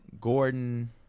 Gordon